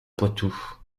poitou